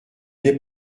n’est